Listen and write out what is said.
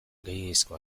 gehiegizko